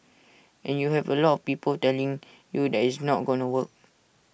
and you have A lot of people telling you that it's not gonna work